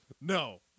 no